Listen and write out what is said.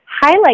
highlight